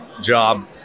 Job